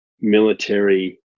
military